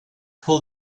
pull